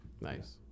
Nice